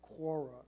quora